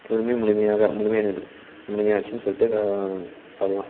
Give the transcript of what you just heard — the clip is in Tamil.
முழுமையாக முழுமை முழுமையாச்சுன்னு சொல்லிட்டு சொல்லலாம்